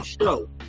show